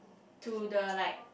to the like